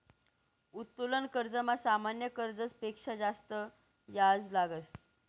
उत्तोलन कर्जमा सामान्य कर्जस पेक्शा जास्त याज लागस